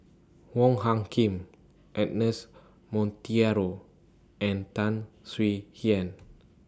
Wong Hung Khim Ernest Monteiro and Tan Swie Hian